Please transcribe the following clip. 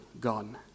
gone